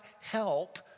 help